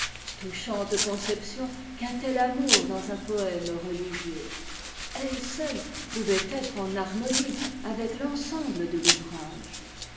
touchante conception qu'un tel amour dans un poëme religieux elle seule pouvait être en harmonie avec l'ensemble de l'ouvrage